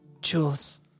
Jules